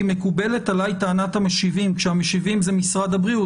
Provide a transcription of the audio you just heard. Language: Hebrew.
כי מקובלת עלי טענת המשיבים" כשהמשיבים זה משרד הבריאות,